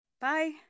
Bye